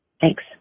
Thanks